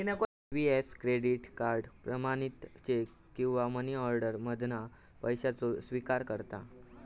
EVS credit card, प्रमाणित cheque किंवा money order मधना पैशाचो स्विकार करता